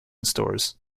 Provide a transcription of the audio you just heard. stores